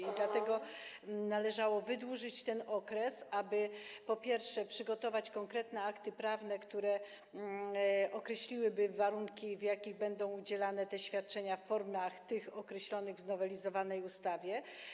W związku z tym należało wydłużyć ten okres, aby, po pierwsze, przygotować konkretne akty prawne, które określiłyby warunki, w jakich będą udzielane te świadczenia w formach określonych w znowelizowanej ustawie.